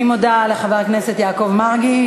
אני מודה לחבר הכנסת יעקב מרגי.